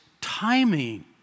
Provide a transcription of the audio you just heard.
timing